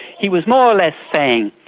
he was more or less saying,